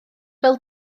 fel